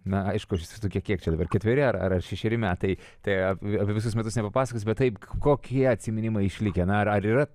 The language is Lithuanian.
na aišku kiek čia dabar ketveri ar ar šešeri metai tai ap apie visus metus nepapasakosi bet taip kokie atsiminimai išlikę na ar yra